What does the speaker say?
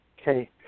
Okay